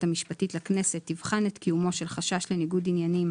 המשפטית לכנסת תבחן את קיומו של חשש לניגוד עניינים